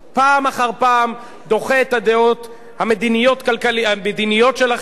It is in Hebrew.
פעם אחר פעם דוחה את הדעות המדיניות שלכם,